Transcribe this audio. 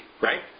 Right